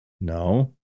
no